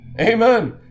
Amen